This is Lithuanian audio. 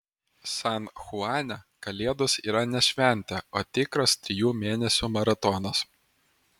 san chuane kalėdos yra ne šventė o tikras trijų mėnesių maratonas